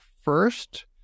first